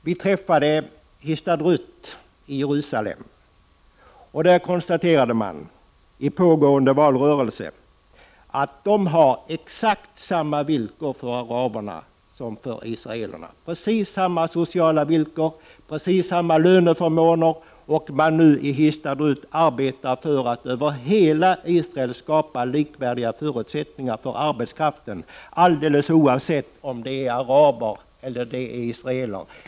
Vi träffade Histadrut i Jerusalem, som i den pågående valrörelsen konstaterade att de har exakt samma villkor för araberna som för israelerna, samma sociala villkor och samma löneförmåner. Histadrut arbetar nu för att över hela Israel skapa likvärdiga förutsättningar för arbetskraften, oavsett om det är araber eller israeler.